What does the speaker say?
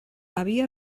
havia